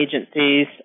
agencies